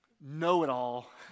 know-it-all